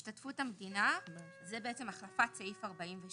השתתפות המדינה זה החלפת סעיף 43: